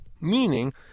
meaning